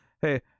hey